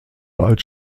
als